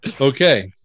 okay